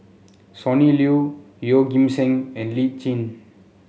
Sonny Liew Yeoh Ghim Seng and Lee Tjin